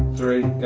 three, go.